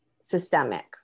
systemic